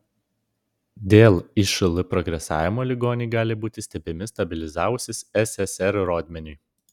dėl išl progresavimo ligoniai gali būti stebimi stabilizavusis ssr rodmeniui